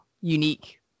unique